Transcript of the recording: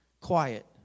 Quiet